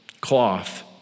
cloth